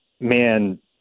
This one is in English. man